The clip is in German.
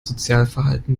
sozialverhalten